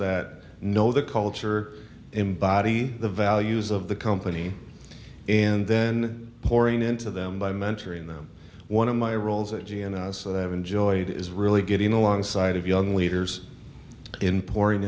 that know the culture embody the values of the company and then pouring into them by mentoring them one of my roles at g and so they have enjoyed is really getting alongside of young leaders in pouring